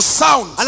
sound